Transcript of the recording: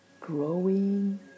growing